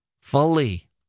fully